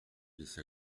laissa